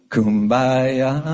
Kumbaya